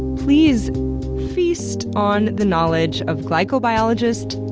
please feast on the knowledge of glycobiologist,